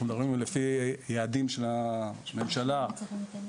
אנחנו מדברים על פי היעדים של הממשלה ב-2030,